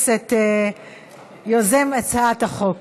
לפספס את יוזם הצעת החוק?